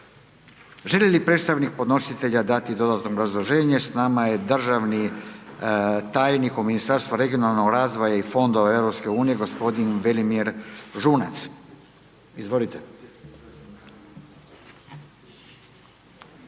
Želi li predstavnik podnositelja dati dodatno obrazloženje? S nama je državni tajnik u Ministarstvu regionalnog razvoja i fondova EU gospodin Velimir Žunac. Izvolite.